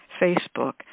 Facebook